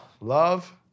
Love